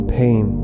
pain